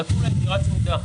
נתנו להם דירה צמודה.